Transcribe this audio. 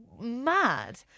mad